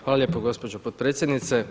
Hvala lijepo gospođo potpredsjednice.